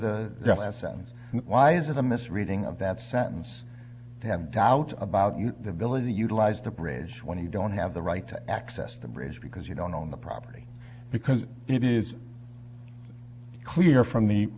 the last sentence why is it the mis reading of that sentence they have doubts about the ability to utilize the bridge when you don't have the right to access the bridge because you don't own the property because it is clear from the